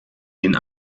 den